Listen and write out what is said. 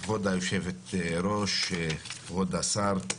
כבוד יושבת הראש, כבוד השר,